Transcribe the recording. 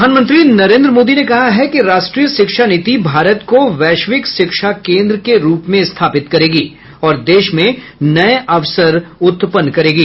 प्रधानमंत्री नरेन्द्र मोदी ने कहा है कि राष्ट्रीय शिक्षा नीति भारत को वैश्विक शिक्षा केन्द्र के रूप में स्थापित करेगी और देश में नए अवसर उत्पन्न करेगी